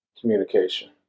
communication